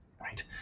right